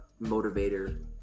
motivator